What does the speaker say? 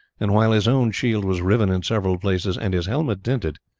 and while his own shield was riven in several places and his helmet dinted,